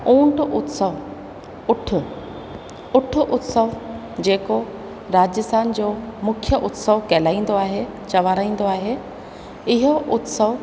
ऊठ उत्सव उठ उठ उत्सव जेको राजस्थान जो मुख्य उत्सव कहलाईंदो आहे चवाराईंदो आए इहो उत्सव